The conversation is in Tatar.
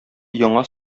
яңа